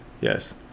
yes